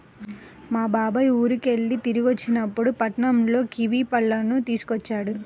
మా బాబాయ్ ఊరికెళ్ళి తిరిగొచ్చేటప్పుడు పట్నంలో కివీ పళ్ళను తీసుకొచ్చాడు